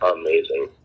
amazing